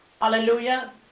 Hallelujah